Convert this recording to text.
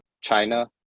China